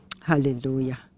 Hallelujah